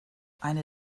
eine